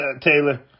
Taylor